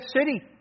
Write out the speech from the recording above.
city